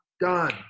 done